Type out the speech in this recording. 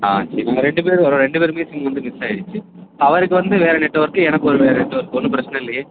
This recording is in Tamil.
ஆ சரி நாங்கள் ரெண்டு பேர் வர்றோம் ரெண்டு பேருமே சிம் வந்து மிஸ்ஸாயிருச்சு அவருக்கு வந்து வேற நெட்ஒர்க்கு எனக்கு ஒரு நெட்ஒர்க் ஒன்றும் பிரச்சனை இல்லையே